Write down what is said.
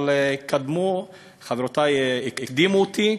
אבל חברותי הקדימו אותי,